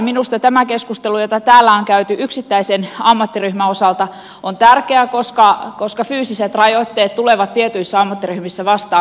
minusta tämä keskustelu jota täällä on käyty yksittäisen ammattiryhmän osalta on tärkeä koska fyysiset rajoitteet tulevat tietyissä ammattiryhmissä vastaan